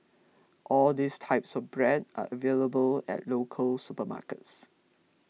all these types of bread are available at local supermarkets